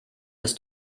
ist